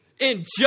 injustice